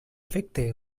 afecte